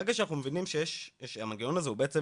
ברגע שאנחנו מבינים שהמנגנון הזה הוא בעצם